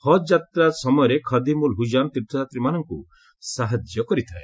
ହଜ୍ ଯାତ୍ର ସମୟରେ ଖଦିମ୍ ଉଲ୍ ହୁଜାନ୍ ତୀର୍ଥଯାତ୍ରୀମାନଙ୍କୁ ସାହାଯ୍ୟ କରିଥାଏ